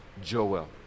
Joel